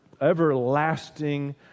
everlasting